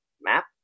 map